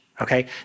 okay